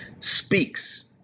speaks